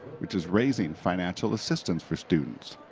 which is raising financial assistance for students.